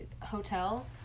Hotel